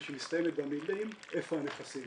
ושמסתיימת במילים 'איפה הנכסים?'